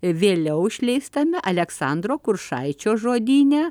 vėliau išleistame aleksandro kuršaičio žodyne